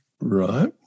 Right